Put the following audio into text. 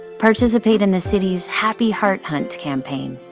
participate in the city's happy heart hunt campaign,